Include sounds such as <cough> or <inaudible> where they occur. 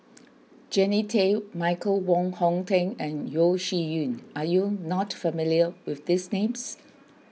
<noise> Jannie Tay Michael Wong Hong Teng and Yeo Shih Yun are you not familiar with these names